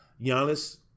Giannis